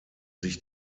sich